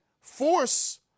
force